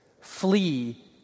flee